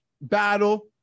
battle